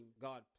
God